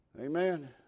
amen